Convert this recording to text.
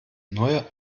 neue